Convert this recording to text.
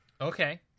Okay